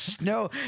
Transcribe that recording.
No